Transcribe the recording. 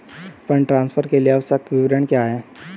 Fund transfer के लिए आवश्यक विवरण क्या हैं?